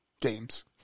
games